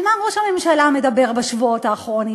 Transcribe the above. על מה ראש הממשלה מדבר בשבועות האחרונים?